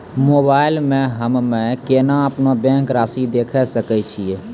Mobile मे हम्मय केना अपनो बैंक रासि देखय सकय छियै?